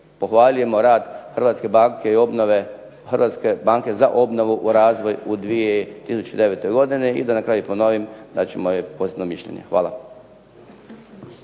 obnove, Hrvatske banke za obnovu i razvoj u 2009. godini. I da na kraju ponovim dat ćemo i posebno mišljenje. Hvala.